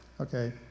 Okay